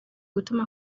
gutuma